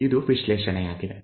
ಇದು ವಿಶ್ಲೇಷಣೆಯಾಗಿದೆ